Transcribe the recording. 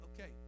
okay